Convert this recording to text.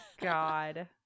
God